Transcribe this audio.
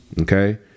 Okay